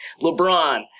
LeBron